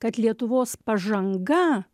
kad lietuvos pažanga